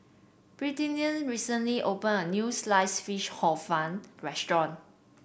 Britany recently opened a new Sliced Fish Hor Fun restaurant